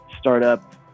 startup